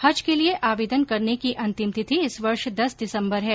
हज के लिए आवेदन करने की अंतिम तिथि इस वर्ष दस दिसम्बर है